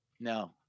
no